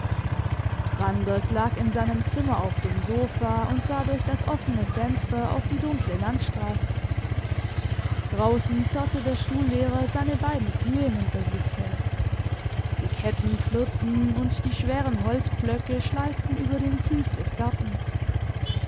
randers lag in seinem zimmer auf dem sofa und sah durch das offene fenster auf die dunkle landstrasse draussen zerrte der schullehrer seine beiden kühe hinter sich her die ketten klirrten und die schweren holzpflöcke schleiften über den kies des gartens